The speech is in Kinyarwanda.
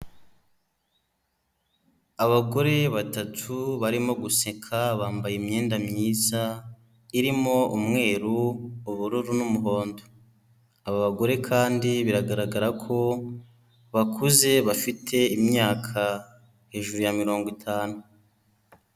Abagore batatu barimo guseka bambaye imyenda myiza irimo umweru, ubururu n'umuhondo, aba bagore kandi biragaragara ko bakuze bafite imyaka hejuru ya mirongo itanu.